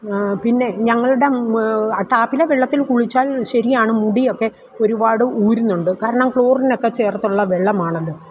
പിന്നെ ഞങ്ങളുടെ ട്ടാപ്പിലെ വെള്ളത്തിൽ കുളിച്ചാൽ ശരിയാണ് മുടിയൊക്കെ ഒരുപാട് ഊരുന്നുണ്ട് കാരണം ക്ളോറിനൊക്കെ ചേർത്തുള്ള വെള്ളമാണല്ലോ